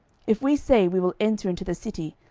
if we say, we will enter into the city,